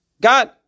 God